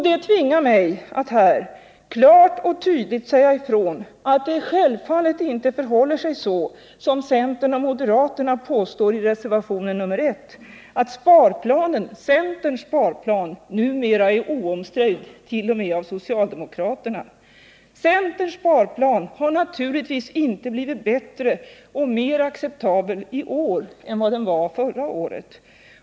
Det tvingar mig att här klart och tydligt säga ifrån att det självfallet inte förhåller sig så som centern och moderaterna påstår i reservationen 1, nämligen att centerns sparplan numera är oomstridd, t.o.m. av socialdemokraterna. Centerns sparplan har naturligtvis inte blivit bättre och mer acceptabel i år än vad den var förra året.